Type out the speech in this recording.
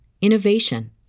innovation